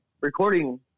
recording